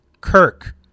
kirk